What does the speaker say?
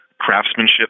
craftsmanship